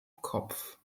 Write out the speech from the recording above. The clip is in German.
kopf